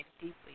deeply